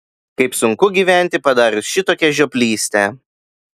kaip sunku gyventi padarius šitokią žioplystę